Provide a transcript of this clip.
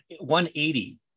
180